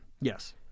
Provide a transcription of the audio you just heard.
Yes